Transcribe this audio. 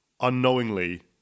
unknowingly